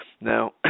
Now